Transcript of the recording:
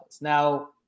Now